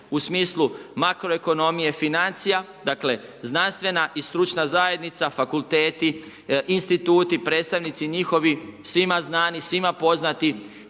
u smislu makroekonomije, financija, dakle znanstvene i stručna zajednica, fakulteti, instituti, predstavnici njihovi, svima znani, svima poznati,